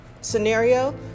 scenario